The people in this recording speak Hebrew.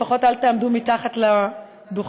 לפחות אל תעמדו מתחת לדוכן,